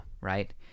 right